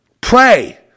pray